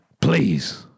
please